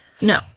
No